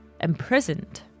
imprisoned